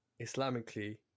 Islamically